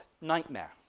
nightmare